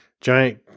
giant